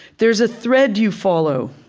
there's a thread you follow.